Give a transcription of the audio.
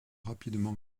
rapidement